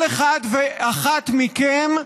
כל אחד ואחת מכם,